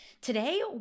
Today